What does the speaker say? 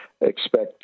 expect